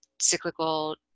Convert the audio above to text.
cyclical